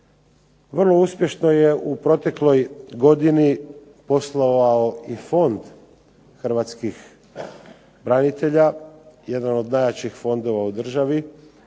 Vrlo uspješno je u protekloj godini poslovao i Fond hrvatskih branitelja, jedan od najjačih fondova u državi.